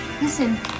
listen